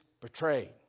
betrayed